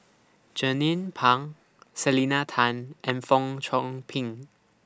Jernnine Pang Selena Tan and Fong Chong Pik